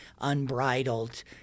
unbridled